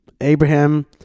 abraham